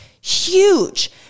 huge